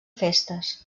festes